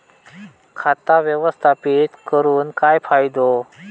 खाता व्यवस्थापित करून काय फायदो?